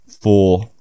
four